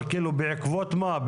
אבל בעקבות מה?